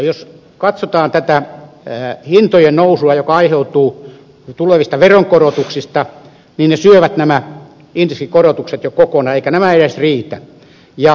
jos katsotaan hintojen nousua joka aiheutuu tulevista veronkorotuksista niin ne syövät nämä indeksikorotukset jo kokonaan eivätkä nämä edes riitä